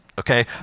Okay